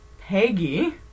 Peggy